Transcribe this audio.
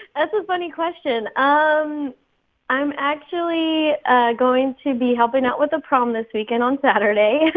a funny question. um i'm actually ah going to be helping out with a prom this weekend on saturday.